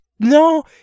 No